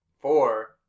Four